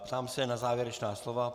Ptám se na závěrečná slova.